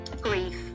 grief